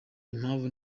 impamvu